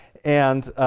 and